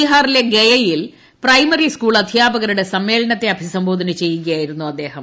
ബീഹാറിലെ ഗയയിൽ primary school അധ്യാപകരുടെ സമ്മേളനത്തെ അഭിസംബോധന ചെയ്യുകയായിരുന്നു അദ്ദേഹം